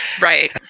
Right